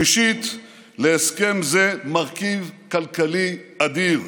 שלישית, להסכם זה יש מרכיב כלכלי אדיר.